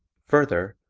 further,